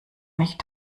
nicht